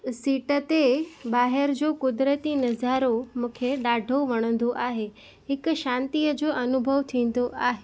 seat ते ॿाहिरि जो क़ुदिरती नज़ारो मूंखे ॾाढो वणंदो आहे हिक शांतीअ जो अनुभव थींदो आहे